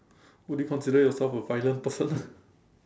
would you consider yourself a violent person